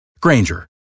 Granger